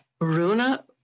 Runa